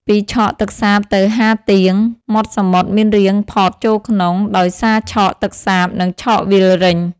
ពីឆកទឹកសាបទៅហាទៀង មាត់សមុទ្រមានរាងផតចូលក្នុង ដោយសារឆកទឹកសាប និងឆកវាលរេញ ។